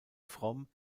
fromm